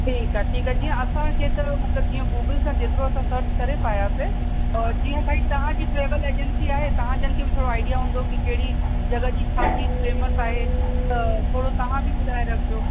ठीकु आहे ठीकु आहे जीअं असांखे त मतलबु जीअं गूगल सां जेतिरो असां सर्च करे पायासीं त जीअं भई तव्हांजी ट्रेवल एजंसी आहे तव्हां जान खे बि थोरो आइडिया हूंदो कि कहिड़ी जॻह जी छा चीज फ़ेमस आहे त थोरो तव्हां बि ॿुधाए रखिजो